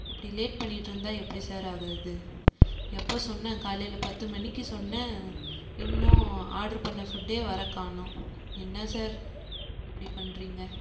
இப்படி லேட் பண்ணிட்டு இருந்தால் எப்படி சார் ஆகிறது எப்போது சொன்னேன் காலையில் பத்து மணிக்குச் சொன்னேன் இன்னும் ஆர்டர் பண்ண ஃபுட்டே வர காணோம் என்ன சார் இப்படி பண்ணுறீங்க